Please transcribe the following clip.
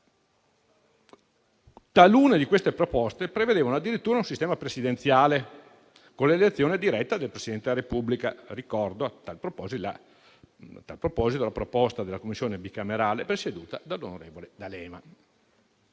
Talune di queste proposte prevedevano addirittura un sistema presidenziale con l'elezione diretta del Presidente della Repubblica. Ricordo a tal proposito la proposta della Commissione bicamerale presieduta dall'onorevole d'Alema.